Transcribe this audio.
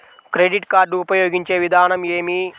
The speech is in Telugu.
క్రెడిట్ కార్డు ఉపయోగించే విధానం ఏమి?